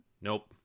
Nope